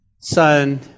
son